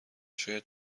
شاید